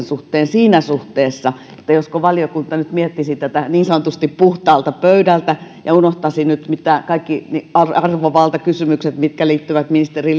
suhteen siinä suhteessa että josko valiokunta nyt miettisi tätä niin sanotusti puhtaalta pöydältä ja unohtaisi kaikki arvovaltakysymykset mitkä liittyvät ministeri